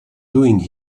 doing